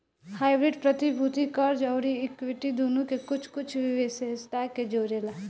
hybrid प्रतिभूति, कर्ज अउरी इक्विटी दुनो के कुछ कुछ विशेषता के जोड़ेला